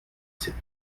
ses